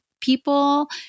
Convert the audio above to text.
people